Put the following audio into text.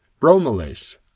bromelase